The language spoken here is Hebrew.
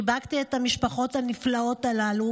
חיבקתי את המשפחות הנפלאות הללו